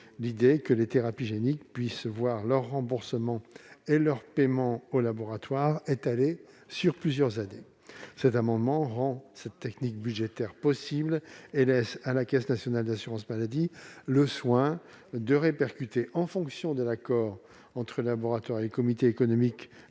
l'idée que les thérapies géniques puissent voir leur remboursement et leur paiement au laboratoire étalés sur plusieurs années. Cet amendement rend cette technique budgétaire possible et laisse à la Caisse nationale d'assurance maladie le soin de répercuter, en fonction de l'accord entre le laboratoire et le Comité économique